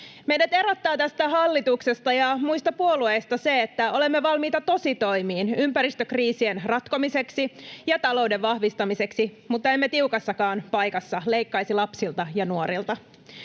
Meidät erottaa tästä hallituksesta ja muista puolueista se, että olemme valmiita tositoimiin ympäristökriisien ratkomiseksi ja talouden vahvistamiseksi, mutta emme tiukassakaan paikassa leikkaisi lapsilta ja nuorilta.